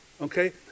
okay